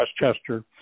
Westchester